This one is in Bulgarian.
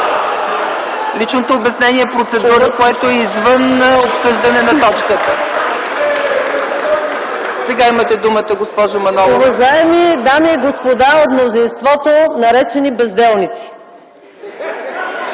Личното обяснение е процедура, която е извън обсъждане на точката. Сега имате думата, госпожо Манолова. МАЯ МАНОЛОВА (КБ): Уважаеми дами и господа от мнозинството, наречени безделници!